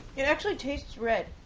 it actually tastes red,